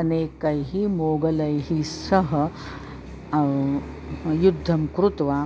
अनेकैः मोगलैः सह युद्धं कृत्वा